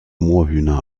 moorhühner